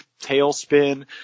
tailspin